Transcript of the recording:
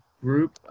group